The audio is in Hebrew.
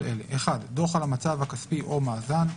אלה: (1) דוח על המצב הכספי או מאזן,